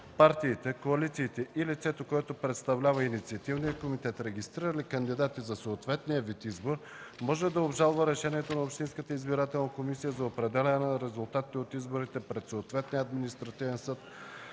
партиите, коалициите и лицето, което представлява инициативния комитет, регистрирали кандидати за съответния вид избор, може да обжалват решението на общинската избирателна комисия за определяне на резултатите от изборите пред съответния административен съд